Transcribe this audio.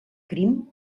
crim